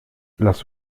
las